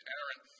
Aaron